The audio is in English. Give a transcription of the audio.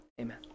Amen